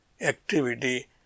activity